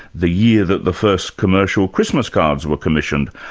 the year that the first commercial christmas cards were commissioned,